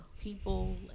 people